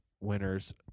winners